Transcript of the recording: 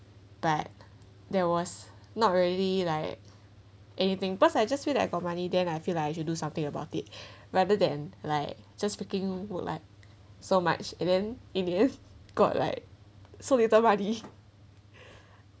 but there was not really like anything because I just feel like I got money then I feel like I should do something about it rather than like just so much and then in the end got like so money